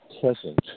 Present